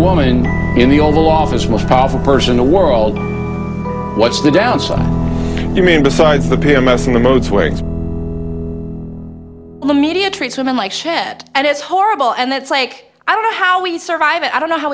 woman in the oval office most powerful person in the world what's the downside i mean besides the p m s and the mood swings the media treats women like shit and it's horrible and it's like i don't know how we survive i don't know how